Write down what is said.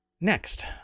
Next